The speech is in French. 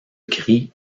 gris